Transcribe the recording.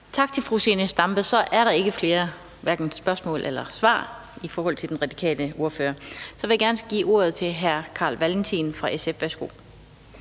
Tak til fru Zenia Stampe. Der er ikke flere spørgsmål til den radikale ordfører. Så vil jeg gerne give ordet til hr. Carl Valentin fra SF.